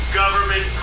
government